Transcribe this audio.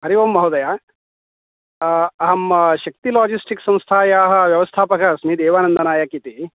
हरि ओं महोदयः अहं शक्ति लागिस्टिक्स् संस्थायाः व्यवस्थापकः अस्मि देवानन्दनायक् इति